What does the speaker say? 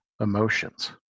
emotions